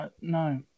No